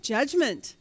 Judgment